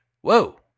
whoa